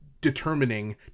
determining